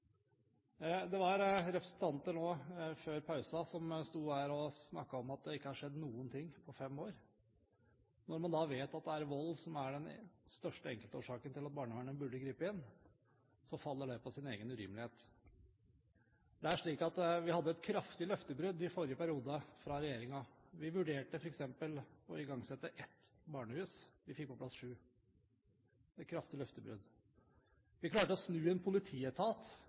Det var representanter før pausen som sto og snakket om at det ikke har skjedd noen ting på fem år. Når man da vet at det er vold som er den største enkeltårsaken til at barnevernet burde gripe inn, faller det på sin egen urimelighet. Det er slik at det var et kraftig løftebrudd fra regjeringen i forrige periode. Vi vurderte f.eks. å igangsette ett barnehus, vi fikk på plass sju – et kraftig løftebrudd. Vi klarte å snu en politietat